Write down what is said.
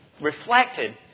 reflected